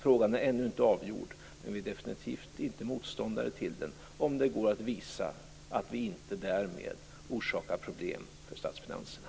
Frågan är ännu inte avgjord, men vi är definitivt inte motståndare till idén - om det går att visa att vi inte därmed orsakar problem för statsfinanserna.